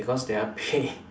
because their pay